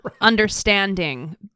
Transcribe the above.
understanding